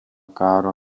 karo